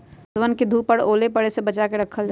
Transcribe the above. पौधवन के धूप और ओले पड़े से बचा के रखल जाहई